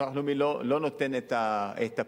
ביטוח לאומי לא נותן את הפטורים.